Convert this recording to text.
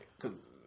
cause